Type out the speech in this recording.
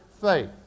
faith